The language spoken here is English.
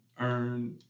earn